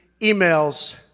emails